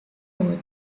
oath